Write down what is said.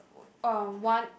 w~ erm one